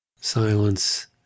Silence